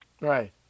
Right